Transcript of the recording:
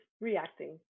reacting